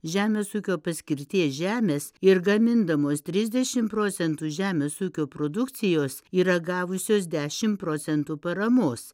žemės ūkio paskirties žemės ir gamindamos trisdešim procentų žemės ūkio produkcijos yra gavusios dešim procentų paramos